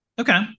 Okay